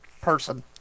person